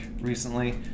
recently